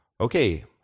Okay